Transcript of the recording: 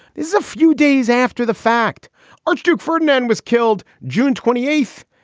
there's a few days after the fact archduke ferdinand was killed june twenty eight,